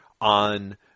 on